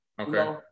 Okay